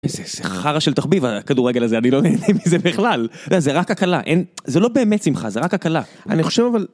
איזה חרא של תחביב, הכדורגל הזה, אני לא נהנה מזה בכלל, זה רק הקלה, זה לא באמת שמחה, זה רק הקלה, אני חושב אבל...